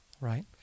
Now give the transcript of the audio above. right